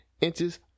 inches